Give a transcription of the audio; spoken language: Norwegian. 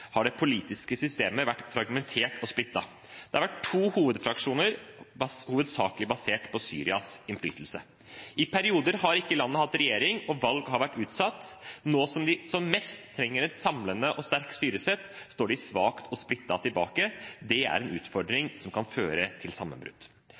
har det politiske systemet vært fragmentert og splittet. Det har vært to hovedfraksjoner, hovedsakelig basert på Syrias innflytelse. I perioder har ikke landet hatt regjering, og valg har vært utsatt. Nå, som de som mest trenger et samlende og sterkt styresett, står de svakt og splittet tilbake. Det er en